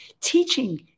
teaching